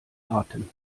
atem